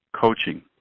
coaching